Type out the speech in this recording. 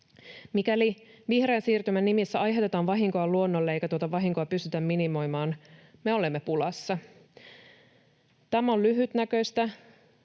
Mikäli vihreän siirtymän nimissä aiheutetaan vahinkoa luonnolle eikä tuota vahinkoa pystytään minimoimaan, me olemme pulassa. Tämä on lyhytnäköistä.